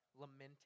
lamenting